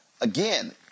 again